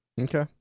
Okay